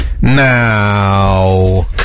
Now